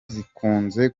zikunze